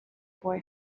boy